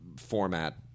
format